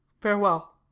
farewell